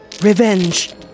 revenge